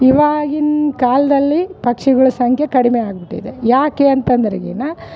ಇವಾಗಿನ ಕಾಲದಲ್ಲಿ ಪಕ್ಷಿಗಳ ಸಂಖ್ಯೆ ಕಡಿಮೆ ಆಗಿಬಿಟ್ಟಿದೆ ಯಾಕೆ ಅಂತ ಅಂದ್ರೆಗಿನ